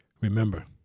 Remember